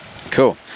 Cool